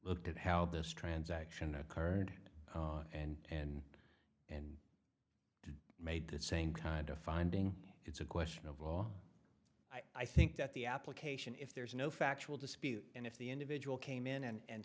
looked at how this transaction occurred and and made that same kind of finding it's a question of well i think that the application if there is no factual dispute and if the individual came in and